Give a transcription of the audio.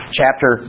chapter